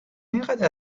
اینقدر